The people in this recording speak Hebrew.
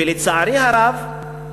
ולצערי הרב,